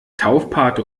taufpate